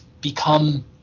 become